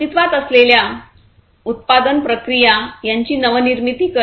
अस्तित्वात असलेल्या उत्पादनप्रक्रिया यांची नवनिर्मिती करणे